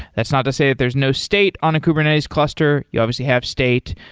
that's not to say that there is no state on a kubernetes cluster. you obviously have state.